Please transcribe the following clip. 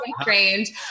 strange